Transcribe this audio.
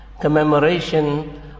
commemoration